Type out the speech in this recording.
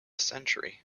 century